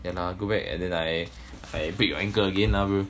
can ah I'll go back and then I I break your ankle again lah bro